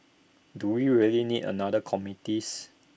do we really need another committees